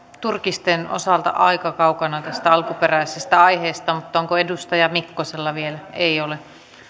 turkisten osalta aika kaukana tästä alkuperäisestä aiheesta mutta onko edustaja mikkosella vielä ei ole